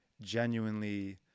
genuinely